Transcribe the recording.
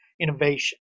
innovation